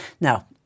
Now